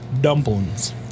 dumplings